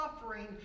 suffering